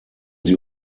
sie